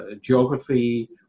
geography